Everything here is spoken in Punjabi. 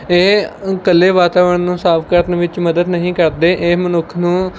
ਇਹ ਇਕੱਲੇ ਵਾਤਾਵਰਨ ਨੂੰ ਸਾਫ਼ ਕਰਨ ਵਿੱਚ ਮਦਦ ਨਹੀਂ ਕਰਦੇ ਇਹ ਮਨੁੱਖ ਨੂੰ